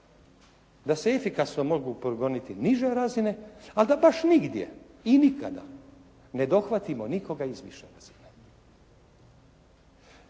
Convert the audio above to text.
da se efikasno mogu progoniti niže razine ali da baš nigdje i nikada ne dohvatimo nikoga iz više razine?